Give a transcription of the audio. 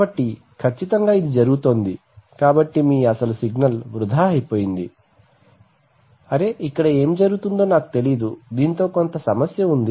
కాబట్టి ఖచ్చితంగా ఇది జరుగుతోంది కాబట్టి మీ అసలు సిగ్నల్ వృథా అయింది ఇక్కడ ఏమి జరుగుతుందో నాకు తెలియదు దీనితో కొంత సమస్య ఉంది